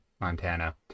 Montana